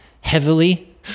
heavily